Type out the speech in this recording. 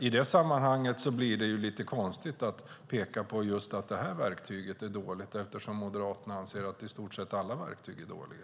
I det sammanhanget blir det konstigt att peka på att just det här verktyget är dåligt. Moderaterna anser ju att i stort sett alla verktyg är dåliga.